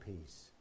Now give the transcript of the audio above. peace